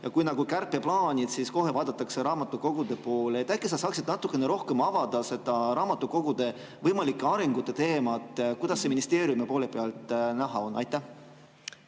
Ja kui on kärpeplaanid, siis kohe vaadatakse raamatukogude poole. Äkki sa saaksid natukene rohkem avada seda raamatukogude võimaliku arengu teemat? Kuidas see ministeeriumi poole pealt näha on? Aitäh!